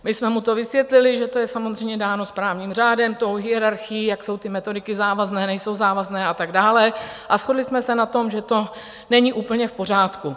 My jsme mu to vysvětlili, že to je samozřejmě dáno správním řádem, tou hierarchií, jak jsou ty metodiky závazné, nejsou závazné a tak dále, a shodli jsme se na tom, že to není úplně v pořádku.